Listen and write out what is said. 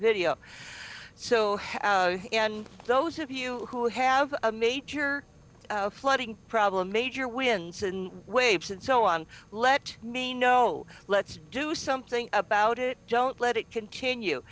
so those of you who have a major flooding problem major winds in waves and so on let me know let's do something about it don't let it continue